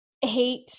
hate